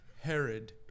Herod